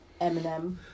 Eminem